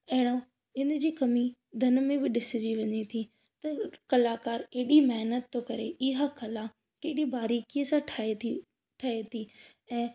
अहिड़ा इन जी कमी धन में बि ॾिसिजी वञे थी त कलाकार ऐॾी महिनत थो करे इहा कला केॾी बारीक़ीअ सां ठाहे थी ठहे थी ऐं